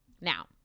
now